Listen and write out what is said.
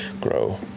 grow